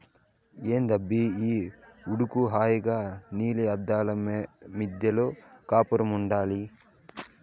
ఏందబ్బా ఈ ఉడుకు హాయిగా నీలి అద్దాల మిద్దెలో కాపురముండాల్ల